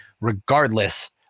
regardless